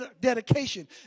dedication